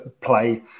play